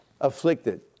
afflicted